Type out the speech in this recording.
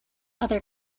other